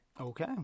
Okay